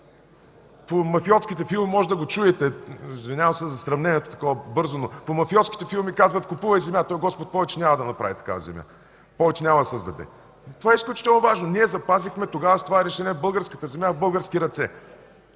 По мафиотските филми можете да го чуете, извинявам се за сравнението – такова бързо, но по мафиотските филми казват: „Купувай земя, Господ повече няма да направи такава земя, повече няма да създаде”. Това е изключително важно. Тогава с това решение ние запазихме българската земя в български ръце.